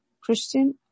Christian